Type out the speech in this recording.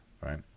right